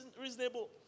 reasonable